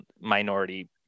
minority